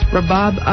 Rabab